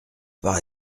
par